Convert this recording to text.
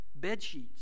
Bedsheets